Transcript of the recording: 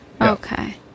Okay